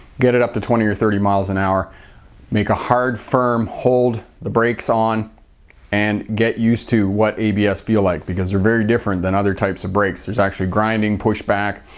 get it up to twenty or thirty miles an hour make a hard, firm, hold the brakes on and get used to what abs feel like because they're very different than other types of brakes. there's actually grinding, push back,